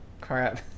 crap